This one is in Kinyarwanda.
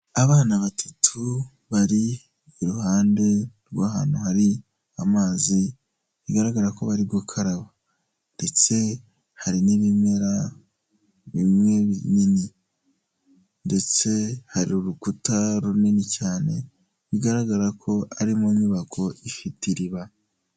Abana batatu, bari iruhande rw'ahantu hari amazi bigaragara ko bari gukaraba ndetse hari n'ibimera bimwe binini ndetse hari urukuta runini cyane, bigaragara ko ari mu nyubako ifite iriba.